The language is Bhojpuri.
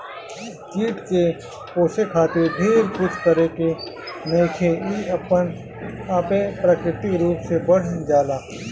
कीट के पोसे खातिर ढेर कुछ करे के नईखे इ अपना आपे प्राकृतिक रूप से बढ़ जाला